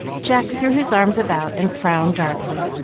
jack threw his arms about and frowned darkly,